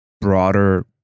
broader